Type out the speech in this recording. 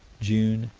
june,